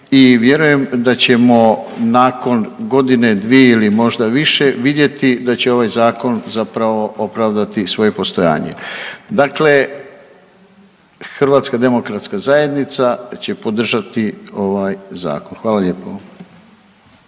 I vjerujem da ćemo nakon godine, dvije ili možda više vidjeti da će ovaj zakon zapravo opravdati svoje postojanje. Dakle, Hrvatska demokratska zajednica će podržati ovaj zakon. Hvala lijepo.